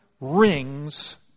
rings